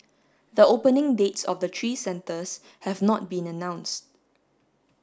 the opening dates of the three centres have not been announced